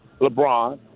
LeBron